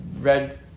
red